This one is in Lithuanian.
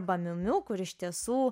arba miu miu kur iš tiesų